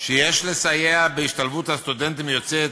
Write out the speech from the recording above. שיש לסייע בהשתלבות הסטודנטים יוצאי